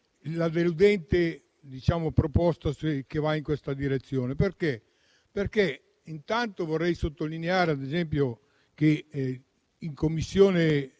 la deludente proposta che va in questa direzione. Intanto vorrei sottolineare, ad esempio, che in 5a Commissione